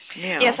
Yes